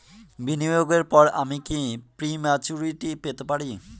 বিনিয়োগের পর আমি কি প্রিম্যচুরিটি পেতে পারি?